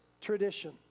tradition